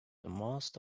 most